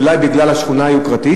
ואולי בגלל אותה שכונה יוקרתית,